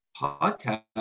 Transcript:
podcast